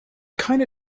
kinda